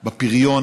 בפריון,